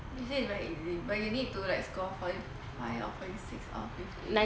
actually it's very easy but you need to like score like forty five or forty six out of fifty